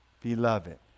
Beloved